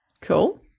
cool